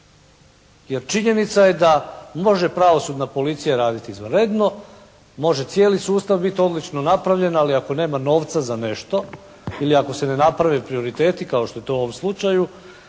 jer činjenica je da može Pravosudna policija raditi izvanredno, može cijeli sustav biti odlično napravljen, ali ako nema novca za nešto ili ako se ne naprave prioriteti kao što je to u ovom slučaju,